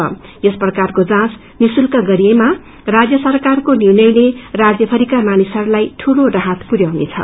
हरेक प्रकारको जाँच निशूल्क गरिएमा राजय सरकारको निर्णयले राज्य भरिका मानिसहरूको निम्ति ठूलो राहत पुर्याउनेछ